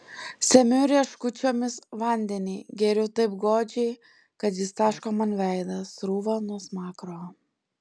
semiu rieškučiomis vandenį geriu taip godžiai kad jis taško man veidą srūva nuo smakro